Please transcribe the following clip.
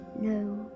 No